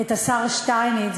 את השר שטייניץ,